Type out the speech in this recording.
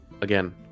again